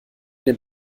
dem